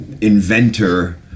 inventor